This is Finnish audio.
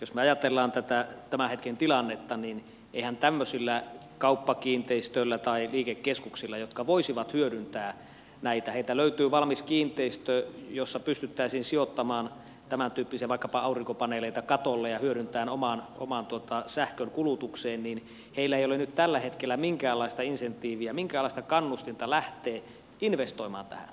jos me ajattelemme tätä tämän hetken tilannetta niin eihän tämmöisillä kauppakiinteistöillä tai liikekeskuksilla jotka voisivat hyödyntää näitä ja joilta löytyy valmis kiinteistö jossa pystyttäisiin sijoittamaan tämäntyyppisiä vaikkapa aurinkopaneeleita katolle ja hyödyntämään ne omaan sähkönkulutukseen ole nyt tällä hetkellä minkäänlaista insentiiviä minkäänlaista kannustinta lähteä investoimaan tähän